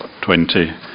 20